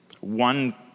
one